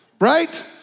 Right